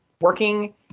working